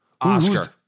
Oscar